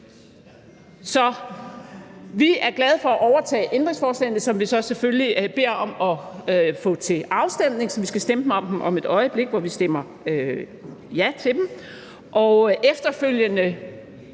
vi er glade for at overtage ændringsforslagene, som vi så selvfølgelig beder om at få til afstemning. Så vi skal stemme om dem om et øjeblik, hvor vi stemmer ja til dem, og efterfølgende,